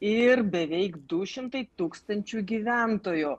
ir beveik du šimtai tūkstančių gyventojų